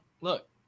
look